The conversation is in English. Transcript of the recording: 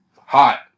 hot